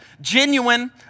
genuine